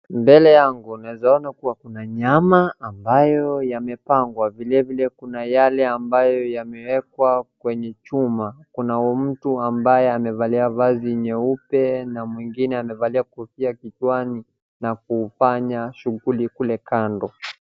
Mbele yangu naweza ona kuna nyama ambayo yamepangwa, kwa vile vile kuna yale ambayo yamewekwa kwenye chuma. Kuna mtu ambaye amevalia vazi nyeupe na mwingine amevalia kofia kichwani na kufanya shughuli kule kando.